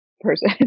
person